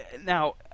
now